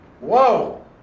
Whoa